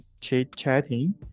chit-chatting